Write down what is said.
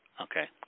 Okay